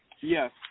Yes